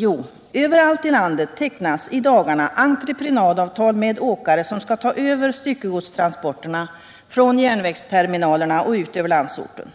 Jo, överallt i landet tecknas i dagarna entreprenadavtal med åkare som skall ta över styckegodstransporterna från järnvägsterminalerna ut över landsorten.